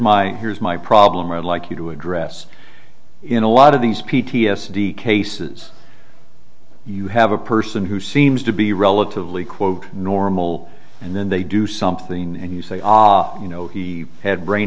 my here's my problem i'd like you to address in a lot of these p t s d cases you have a person who seems to be relatively quote normal and then they do something and you say ah you know he had brain